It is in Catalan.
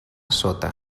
sota